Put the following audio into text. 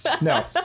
no